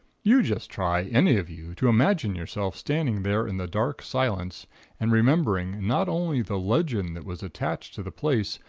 you just try, any of you, to imagine yourself standing there in the dark silence and remembering not only the legend that was attached to the place,